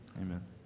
Amen